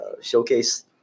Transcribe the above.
showcase